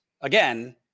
again